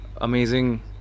amazing